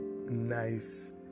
nice